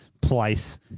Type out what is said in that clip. place